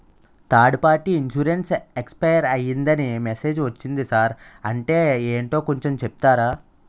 Third party insurance expire అయ్యిందని message ఒచ్చింది sir అంటే ఏంటో కొంచె చెప్తారా?